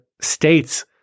states